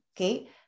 okay